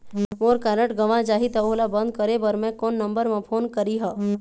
मोर card गंवा जाही त ओला बंद करें बर मैं कोन नंबर म फोन करिह?